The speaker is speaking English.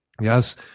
Yes